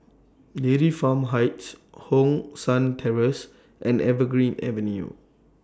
Dairy Farm Heights Hong San Terrace and Evergreen Avenue